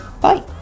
Bye